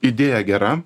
idėja gera